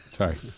Sorry